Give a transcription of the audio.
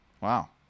Wow